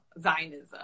Zionism